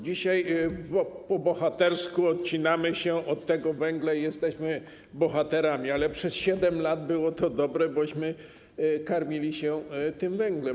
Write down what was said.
Dzisiaj po bohatersku odcinamy się od tego węgla i jesteśmy bohaterami, ale przez 7 lat było to dobre, bośmy karmili się tym węglem.